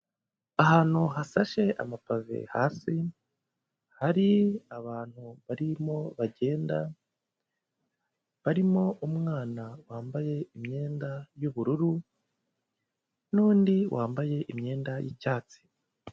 Ahantu hasashe amapave hasi, hari abantu barimo bagenda, barimo umwana wambaye imyenda y'ubururu n'undi wambaye imyenda y'icyatsi.